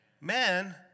man